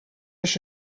als